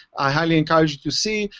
i highly encourage you to see.